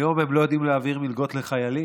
היום הם לא יודעים להעביר מלגות לחיילים.